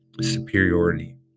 Superiority